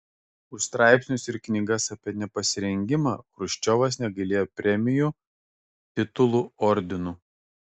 už straipsnius ir knygas apie nepasirengimą chruščiovas negailėjo premijų titulų ordinų